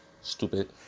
Stupid